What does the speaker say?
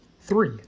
Three